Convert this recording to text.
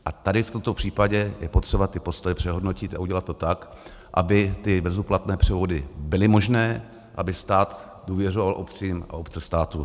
A tady v tomto případě je potřeba ty postoje přehodnotit a udělat to tak, aby ty bezúplatné převody byly možné, aby stát důvěřoval obcím a obce státu.